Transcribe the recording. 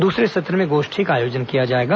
दूसरे सत्र में गोष्ठी का आयोजन किया जाएगा